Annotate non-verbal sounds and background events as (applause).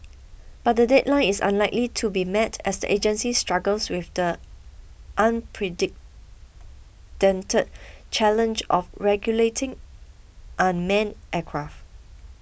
but the deadline is unlikely to be met as the agency struggles with the (unintelligible) challenge of regulating unmanned aircraft